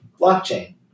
blockchain